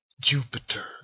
Jupiter